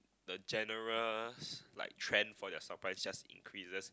the general like trend for their supplies just increases